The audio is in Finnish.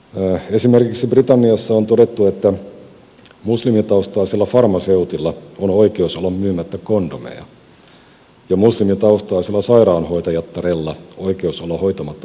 esimerkiksi britanniassa on todettu että muslimitaustaisella farmaseutilla on oikeus olla myymättä kondomeja ja muslimitaustaisella sairaanhoitajattarella oikeus olla hoitamatta miespotilaita